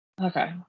Okay